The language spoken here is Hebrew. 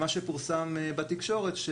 ממה שפורסם בתקשורת,